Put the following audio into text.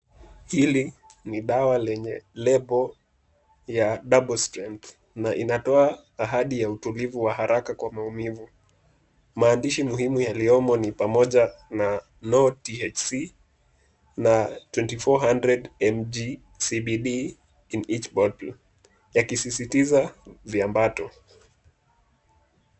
Hili ni dawa lenye lebo ya double strength na inatoa ahadi ya utulivu wa haraka kwa maumivu. Maandishi muhimu yaliyomo ni pamoja na No THC na 2400 mg CBD in each bottle ,yakisisitiza, viambato.